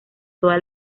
toda